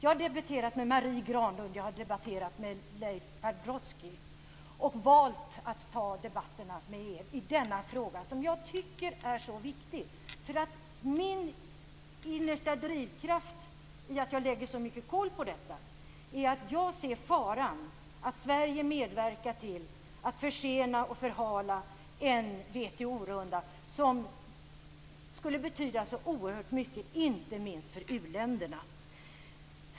Jag har debatterat med Marie Granlund; jag har debatterat med Leif Pagrotsky. Jag har valt att ta debatterna med er i denna fråga, som jag tycker är så viktig. Min innersta drivkraft, som gör att jag lägger så mycket kol på detta, är att jag ser en fara att Sverige medverkar till att försena och förhala en WTO-runda som skulle betyda så oerhört mycket, inte minst för uländerna.